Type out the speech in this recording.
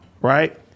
right